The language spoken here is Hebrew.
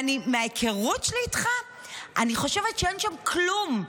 ומההיכרות שלי איתך אני חושבת שאין שם כלום,